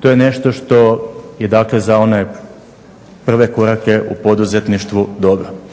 To je nešto što je dakle za one prve korake u poduzetništvu dobro.